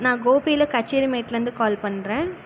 நான் கோபியில் கச்சேரிமேட்லருந்து கால் பண்றேன்